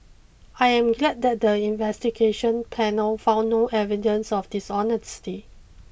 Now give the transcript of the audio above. I am glad that the investigation panel found no evidence of dishonesty